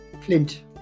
Flint